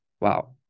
wow